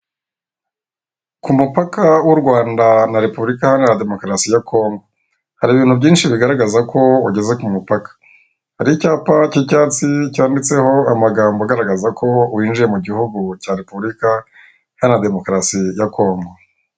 Ku mupaka w'u Rwanda na repubulika iharanira demokarasi ya Kongo hari ibintu byinshi bigaragaza ko ugeze ku mupaka hari icyapa k'icyatsi cyanditseho amagambo agaragaza ko winjiye mu gihugu cya repubulika iharanira demokarasi ya Kongo.